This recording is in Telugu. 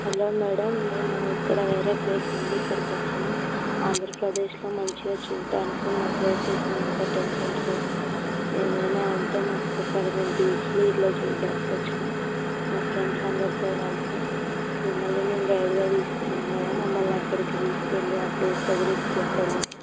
హలో మేడం మేము ఇక్కడ వేరే ప్లేస్ నుండి ఇక్కడికి వచ్చాము ఆంధ్రప్రదేశ్లో మంచిగా చూడటానికి ఉన్న ప్లేసెస్ ఇంకా టెంపుల్స్ ఏమైనా ఉంటే మాకు చెప్పండి మేము బీచులు ఇలా చూడటానికి వచ్చాము మా ఫ్రెండ్స్ అందరితో కలిసి మిమ్మల్ని మేము గైడ్గా తీసుకున్నాము కదా మమ్మల్ని అక్కడికి తీసుకు వెళ్ళి ఆ ప్లేసుల గురించి చెప్పడం